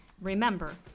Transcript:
Remember